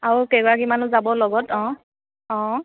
আৰু কেইগৰাকীমানো যাব লগত অঁ অঁ